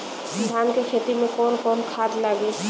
धान के खेती में कवन कवन खाद लागी?